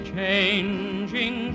changing